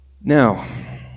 Now